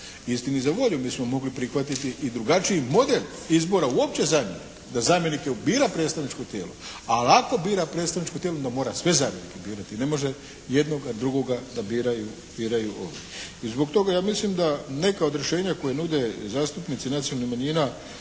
Istini za volju mi smo mogli prihvatiti i drugačiji model izbora uopće zamjenika, da zamjenike bira predstavničko tijela. A ako bira predstavničko tijela onda mora sve zamjenike birati. Ne može jednoga, drugoga da biraju …/Govornik se ne razumije./… I zbog toga ja mislim da neka od rješenja koja nude zastupnici nacionalnih manjina